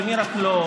למי לא.